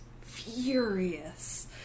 furious